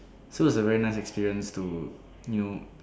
so it's a very nice experience to you know